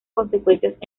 consecuencias